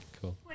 Cool